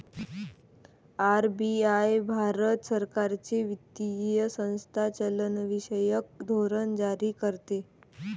RBI Bharat सरकारची वित्तीय संस्था चलनविषयक धोरण जारी करते